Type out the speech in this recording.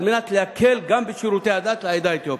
כדי להקל גם בשירותי הדת לעדה האתיופית.